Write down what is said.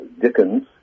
Dickens